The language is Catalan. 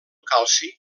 calci